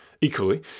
Equally